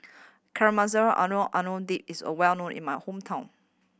Caramelized Onion Dip is a well known in my hometown